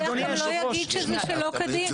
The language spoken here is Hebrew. בלי היזם.